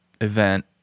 event